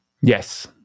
yes